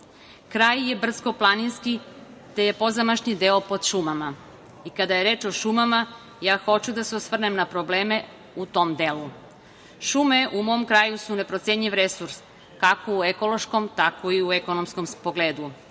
Kraj je brdsko-planinski, te je pozamašni deo pod šumama i kada je reč o šumama, ja hoću da se osvrnem na probleme u tom delu. Šume u mom kraju su neprocenjiv resurs, kako u ekološkom, tako i u ekonomskom pogledu.